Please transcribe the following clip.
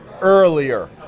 earlier